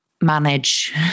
manage